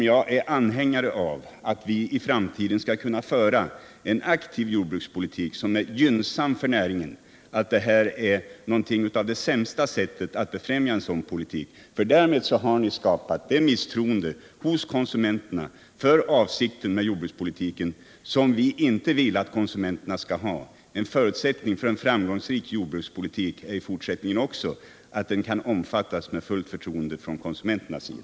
Jag är anhängare av att vi i framtiden skall kunna föra en aktiv jordbrukspolitik, som är gynnsam för näringen, men jag är övertygad om att vad jordbruksministern nu föreslår är någonting av det sämsta sättet att befrämja en sådan politik. För därmed har ni skapat det misstroende hos konsumenterna om avsikten med jordbrukspolitiken som vi inte vill att konsumenterna skall ha. En förutsättning för en framgångsrik jordbrukspolitik är i fortsättningen också att den kan omfattas med fullt förtroende från konsumenternas sida.